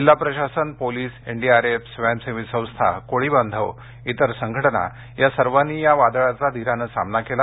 जिल्हा प्रशासन police NDRF स्वयंसेवी संस्था कोळी बांधव इतर संघटना या सर्वांनी धीराने सामना केला